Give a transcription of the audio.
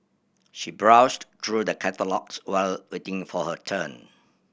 she browsed through the catalogues while waiting for her turn